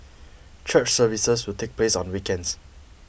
church services will take place on weekends